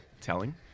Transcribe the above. telling